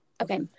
Okay